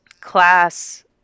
class